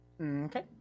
Okay